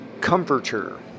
comforter